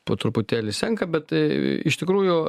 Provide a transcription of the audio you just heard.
po truputėlį senka bet iš tikrųjų